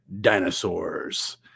Dinosaurs